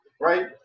right